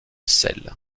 sel